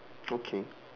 okay